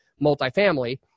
multifamily